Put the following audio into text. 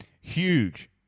Huge